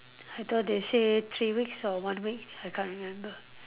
I thought they say three weeks or one week I can't remember